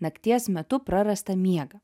nakties metu prarastą miegą